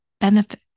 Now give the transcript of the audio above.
benefit